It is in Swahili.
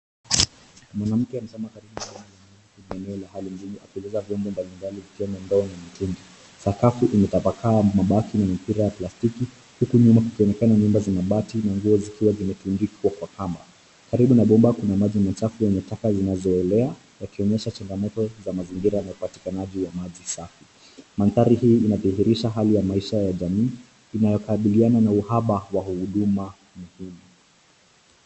Mwanamke amesimama karibu na bomba la maji kwenye eneo la hali ngumu akijaza vyombo mbalimbali vikiwemo ndoo na mitungi. Sakafu imetapakaa na mabaki na michoro ya plastiki huku nyuma kukionekana nyumba za mabati na nguo zikiwa zimetundikwa kwenye kamba. Karibu na nyumba kuna maji machafu na taka zinazoelea yakionyesha changamoto za mazingira na upatikananaji wa maji safi. Mandhari hii inadhihirisha hali ya maisha ya jamii inayokabiliana na uhaba wa huduma muhimu.